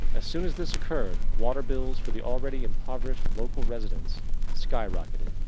as soon as this occured waterbills for the allready impoverished local residents skyrocketed.